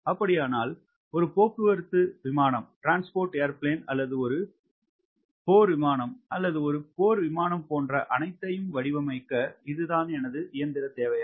அப்படியானால் போக்குவரத்து விமானம் அல்லது ஒரு போர் விமானம் அல்லது ஒரு போர் விமானம் போன்ற அனைத்தையும் வடிவமைக்க இதுதான் எனது இயந்திர தேவையா